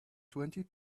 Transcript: twenty